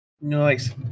Nice